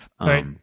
Right